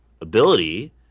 ability